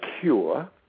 cure